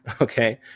okay